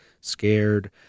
scared